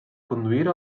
conduir